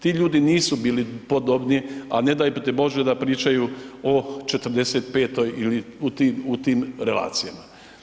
Ti ljudi nisu bili podobni a ne daj ti bože da pričaju o '45. ili u tim relacijama.